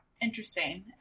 Interesting